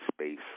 space